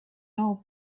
old